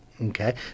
Okay